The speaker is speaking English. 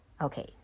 Okay